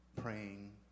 praying